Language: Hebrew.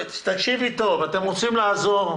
תקשיבי טוב אתם רוצים לעזור?